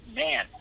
man